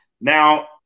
Now